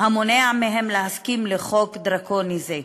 המונע מהם להסכים לחוק דרקוני זה,